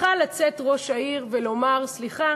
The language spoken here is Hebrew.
יכול לצאת ראש העיר ולומר: סליחה,